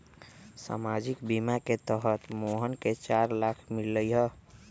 सामाजिक बीमा के तहत मोहन के चार लाख मिललई